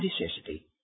necessity